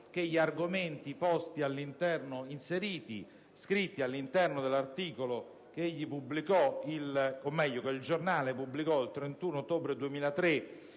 che gli argomenti contenuti all'interno dell'articolo che «il Giornale» pubblicò il 31 ottobre 2003